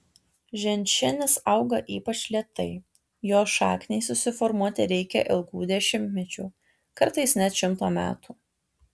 ženšenis auga ypač lėtai jo šakniai susiformuoti reikia ilgų dešimtmečių kartais net šimto metų